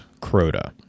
Crota